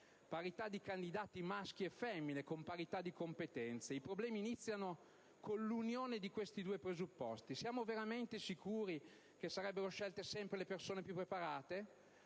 Parità di candidati di sesso maschile e femminile e parità di competenza. I problemi iniziano con l'unione di questi due presupposti. Siamo veramente sicuri che sarebbero scelte sempre le persone più preparate?